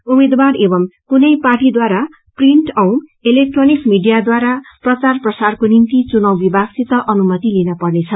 उम्मेद्वार एंव कुनै पार्टीद्वारा प्रिंन्ट औ इलेक्ट्रोनिक मिडियाद्वारा प्रचार प्रसारको निम्ति चुनाउ विभागसित अनुमति लिनपर्नेछ